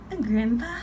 grandpa